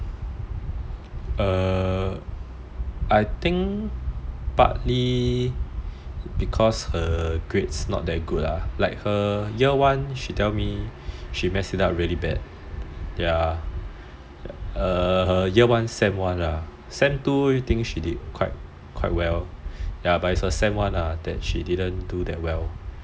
err I think partly because her grades not that good ah like her year one she tell me she messed it up really bad ya err year one sem one lah sem two I think she did quite well ya but it's her sem one lah that she didn't do that well